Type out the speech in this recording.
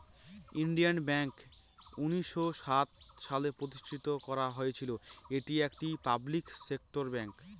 Indian bank উনিশশো সাত সালে প্রতিষ্ঠান করা হয়েছিল এটি একটি পাবলিক সেক্টর ব্যাঙ্ক